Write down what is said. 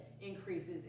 increases